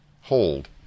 hold